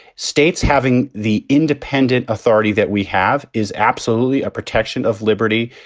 states having the independent authority that we have is absolutely a protection of liberty.